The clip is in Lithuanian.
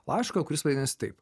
laišką kuris vadinasi taip